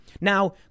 Now